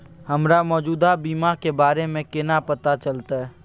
हमरा मौजूदा बीमा के बारे में केना पता चलते?